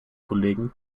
kollegen